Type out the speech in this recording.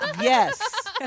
Yes